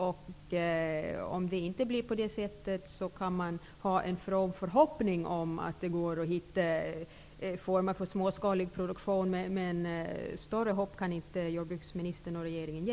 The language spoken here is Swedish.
Om det inte blir så, har man ändå en from förhoppning om att det går att finna former för småskalig produktion, men något större hopp kan regeringen och jordbruksministern inte ge.